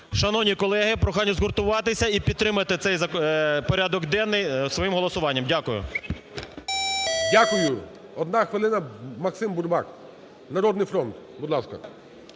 Шановні колеги, прохання згуртуватися і підтримати цей порядок денний своїм голосуванням. Дякую. ГОЛОВУЮЧИЙ. Дякую. Одна хвилина, Максим Бурбак, "Народний фронт", будь ласка.